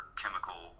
chemical